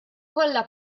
kollha